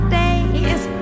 days